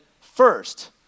first